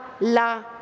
la